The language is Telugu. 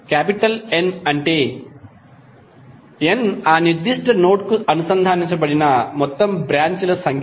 N అంటే N ఆ నిర్దిష్ట నోడ్ కు అనుసంధానించబడిన మొత్తం బ్రాంచ్ ల సంఖ్య